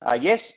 Yes